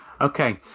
Okay